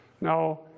Now